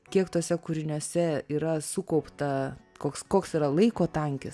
kiek tuose kūriniuose yra sukaupta koks koks yra laiko tankis